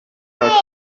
war